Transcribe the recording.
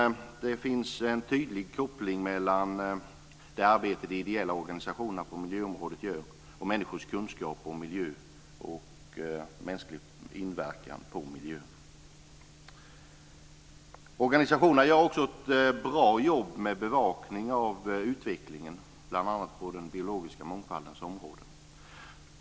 Det finns en tydlig koppling mellan det arbete de ideella organisationerna på miljöområdet gör och människors kunskaper om miljö och mänsklig inverkan på miljön. Organisationerna gör också ett bra jobb med bevakning av utvecklingen, bl.a. på den biologiska mångfaldens område.